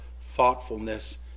thoughtfulness